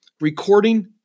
recording